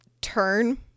turn